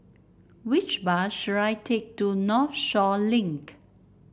which bus should I take to Northshore Link